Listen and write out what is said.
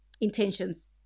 intentions